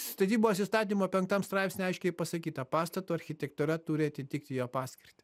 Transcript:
statybos įstatymo penktam straipsny aiškiai pasakyta pastato architektūra turi atitikt jo paskirtį